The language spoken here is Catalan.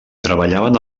treballaven